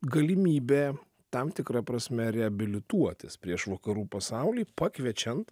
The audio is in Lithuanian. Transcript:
galimybė tam tikra prasme reabilituotis prieš vakarų pasaulį pakviečiant